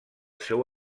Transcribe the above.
seu